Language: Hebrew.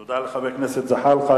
תודה לחבר הכנסת זחאלקה.